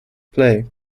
play